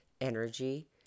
energy